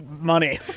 money